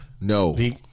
No